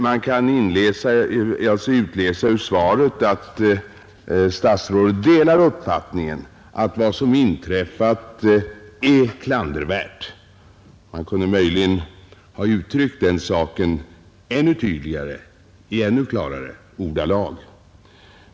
Man kan utläsa ur svaret att statsrådet delar uppfattningen att vad som inträffat är klandervärt. Man kunde möjligen ha uttryckt den saken ännu tydligare och i ännu klarare ordalag.